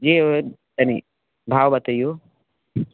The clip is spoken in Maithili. जे होइ तनि भाव बतैयौ